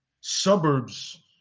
suburbs